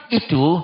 itu